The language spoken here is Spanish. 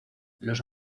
los